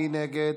מי נגד?